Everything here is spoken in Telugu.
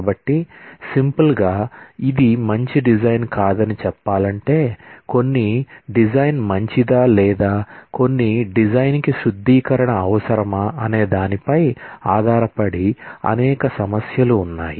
కాబట్టి సింపుల్ గా ఇది మంచి డిజైన్ కాదని చెప్పాలంటే కొన్ని డిజైన్ మంచిదా లేదా కొన్ని డిజైన్కు శుద్ధీకరణ అవసరమా అనే దానిపై ఆధారపడి అనేక సమస్యలు ఉన్నాయి